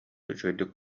үчүгэйдик